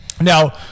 Now